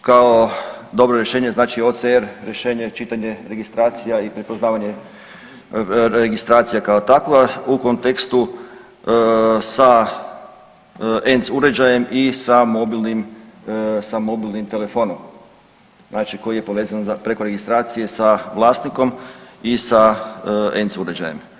kao dobro rješenje, znači OCR rješenje čitanje, registracija i prepoznavanje, registracija kao takva u kontekstu sa ENC uređajem i sa mobilnim, sa mobilnim telefonom, znači koji je povezan preko registracije sa vlasnikom i sa ENC uređajem.